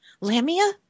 Lamia